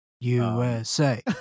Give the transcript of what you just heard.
USA